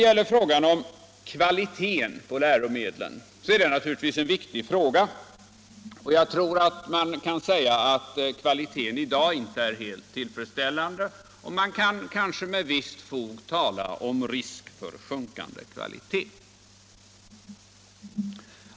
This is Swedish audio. Frågan om kvaliteten på läromedlen är naturligtvis viktig. Jag tror att man kan säga att kvaliteten i dag inte är helt tillfredsställande, och man kan kanske med visst fog tala om risk för sjunkande kvalitet.